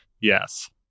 Yes